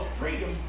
freedom